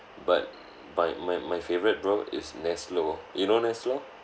but my my my favourite bro is neslo you know neslo